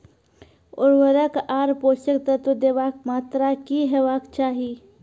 उर्वरक आर पोसक तत्व देवाक मात्राकी हेवाक चाही?